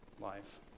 life